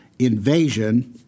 invasion